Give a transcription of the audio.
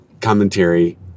commentary